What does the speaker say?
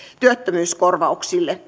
työttömyyskorvauksille